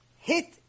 hit